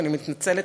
ואני מתנצלת,